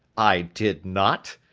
i did not.